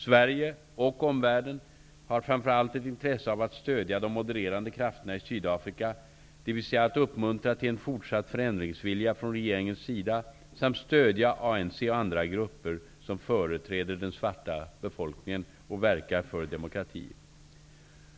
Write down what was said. Sverige -- och omvärlden -- har framför allt ett intresse av att stödja de modererande krafterna i Sydafrika, dvs. att uppmuntra till fortsatt förändringsvilja från regeringens sida samt stödja ANC och andra grupper som företräder den svarta befolkningen och verkar för demokrati.